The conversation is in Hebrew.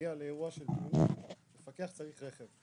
להגיע לאירוע חירום, מפקח צריך רכב.